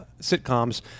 sitcoms